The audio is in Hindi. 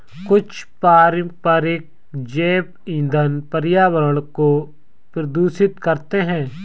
कुछ पारंपरिक जैव ईंधन पर्यावरण को प्रदूषित करते हैं